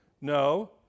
No